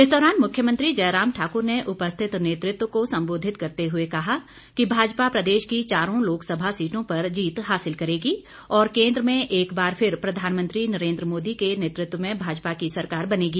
इस दौरान मुख्यमंत्री जयराम ठाकुर ने उपस्थित नेतृत्व को संबोधित करते हुए कहा कि भाजपा प्रदेश की चारों लोकसभा सीटों पर जीत हासिल करेगी और केन्द्र में एक बार फिर प्रधानमंत्री नरेन्द्र मोदी के नेतृत्व में भाजपा की सरकार बनेगी